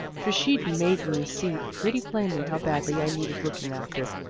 for she'd made me see pretty plainly how badly i needed looking after,